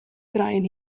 krijen